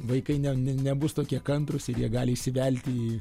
vaikai ne ne nebus tokie kantrūs ir jie gali įsivelti į